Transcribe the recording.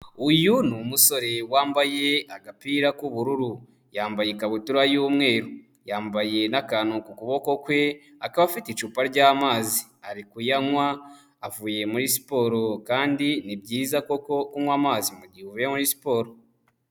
Uyu ni umusore wambaye agapira k'ubururu, yambaye ikabutura y'umweru, yambaye n'akantu ku kuboko kwe, akaba afite icupa ry'amazi ari kuyanywa avuye muri siporo, kandi ni byiza koko kunnywa amazi mu gihe uvuye muri siporo.